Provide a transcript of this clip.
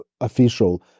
official